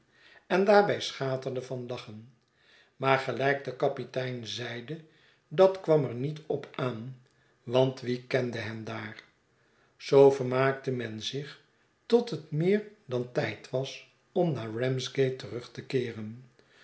en daarbij schaterde van lachen maar gelijk de kapitein zeide dat kwam er niet op aan want wie kende hen daar zoo vermaakte men zich tot het meer dan tijd was om naar ramsgate terug te keeren